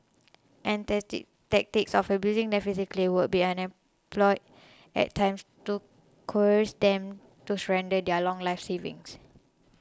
and tactics of abusing them physically would be unemployed at times to coerce them to surrender their lifelong savings